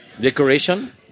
decoration